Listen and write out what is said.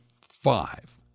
five